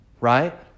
Right